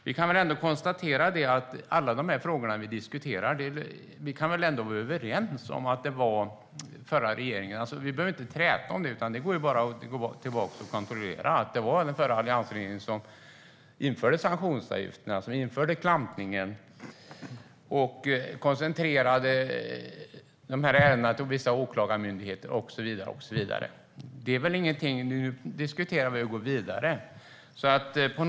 Vi kan väl ändå vara överens om att det var den förra regeringen, alliansregeringen, som införde sanktionsavgifterna och klampningen, koncentrerade de här ärendena till vissa åklagarmyndigheter och så vidare. Vi behöver inte träta om det, utan det är bara att gå tillbaka och kontrollera.